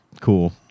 cool